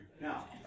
Now